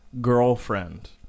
Girlfriend